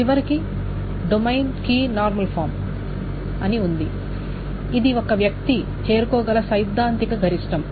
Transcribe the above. చివరకు domain key normal form ఉంది ఇది ఒక వ్యక్తి చేరుకోగల సైద్ధాంతిక గరిష్టం